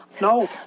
no